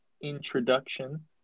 introduction